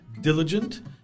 Diligent